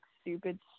stupid